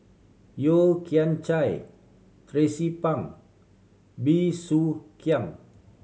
Yeo Kian Chai Tracie Pang Bey Soo Khiang